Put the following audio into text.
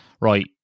right